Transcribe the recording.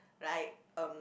like um